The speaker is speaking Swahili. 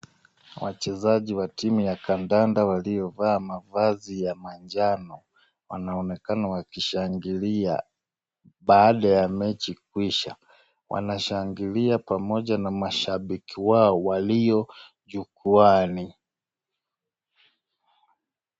Wachezaji wa timu ya kandanda waliovaa mavazi ya manjano wanaonekana wakishangilia baada ya mechi kuisha. Wanashangilia pamoja na mashabiki wao walio jukwani.